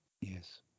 Yes